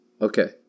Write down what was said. Okay